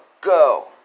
go